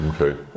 okay